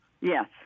Yes